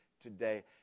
today